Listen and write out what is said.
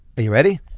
are you ready?